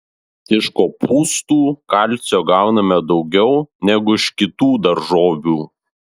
iš kopūstų kalcio gauname daugiau negu iš kitų daržovių